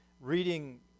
reading